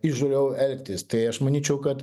įžūliau elgtis tai aš manyčiau kad